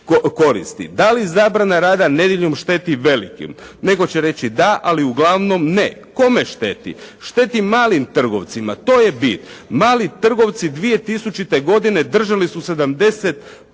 Da li zabrana rada nedjeljom šteti velikim? Netko će reći da, ali uglavnom ne. Kome šteti? Šteti malim trgovcima, to je bit. Mali trgovci 2000. godine držali su 70%